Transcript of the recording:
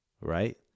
right